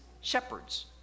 shepherds